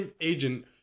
agent